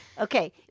Okay